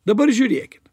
dabar žiūrėkit